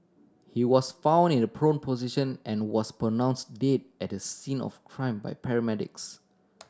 he was found in a prone position and was pronounce dead at the scene of crime by paramedics